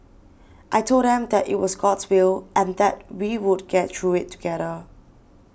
I told them that it was God's will and that we would get through it together